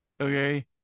okay